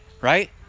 right